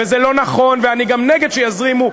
מזרימים.